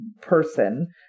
person